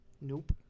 Nope